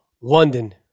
London